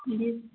जी